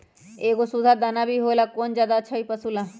एगो सुधा दाना भी होला कौन ज्यादा अच्छा होई पशु ला?